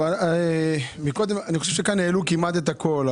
העלו כמעט הכול,